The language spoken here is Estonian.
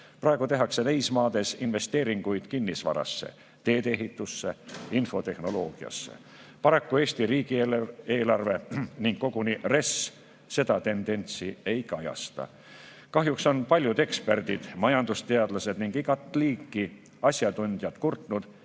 Praegu tehakse neis maades investeeringuid kinnisvarasse, teedeehitusse, infotehnoloogiasse. Paraku Eesti riigieelarve ning koguni RES seda tendentsi ei kajasta. Kahjuks on paljud eksperdid, majandusteadlased ning igat liiki asjatundjad kurtnud,